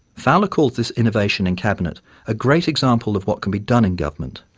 fowler calls this innovation in cabinet a great example of what can be done in government,